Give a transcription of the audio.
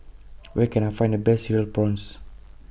Where Can I Find The Best Cereal Prawns